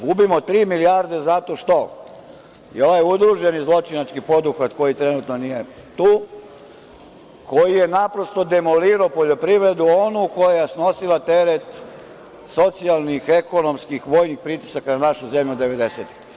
Gubimo tri milijarde zato što je ovaj udruženi zločinački poduhvat, koji trenutno nije tu, koji je naprosto demolirao poljoprivredu, onu koja je snosila teret socijalnih, ekonomskih, vojnih pritisaka na našu zemlju 90-ih godina.